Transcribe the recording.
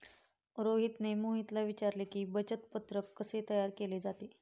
रोहितने मोहितला विचारले की, बचत पत्रक कसे तयार केले जाते?